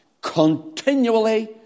continually